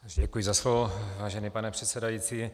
Děkuji za slovo, vážený pane předsedající.